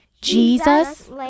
Jesus